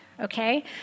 Okay